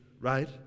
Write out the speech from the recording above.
right